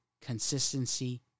consistency